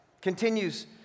continues